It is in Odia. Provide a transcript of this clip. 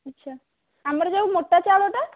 ଆଚ୍ଛା ଆମର ଯେଉଁ ମୋଟା ଚାଉଳଟା